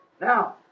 Now